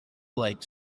like